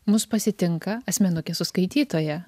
mus pasitinka asmenukės su skaitytoja